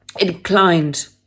inclined